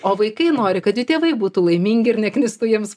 o vaikai nori kad jų tėvai būtų laimingi ir neknistų jiems